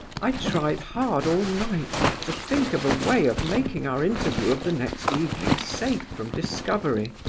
i tried hard all night to think of a way of making our interview of the next evening safe from discovery,